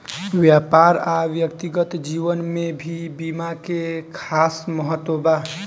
व्यापार आ व्यक्तिगत जीवन में भी बीमा के खास महत्व बा